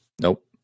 Nope